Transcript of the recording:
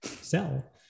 sell